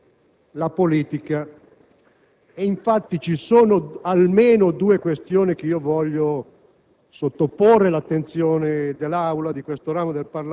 Del resto, l'opposizione fa il suo mestiere. Tuttavia, signor Presidente, non possiamo limitarci a constatare